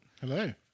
Hello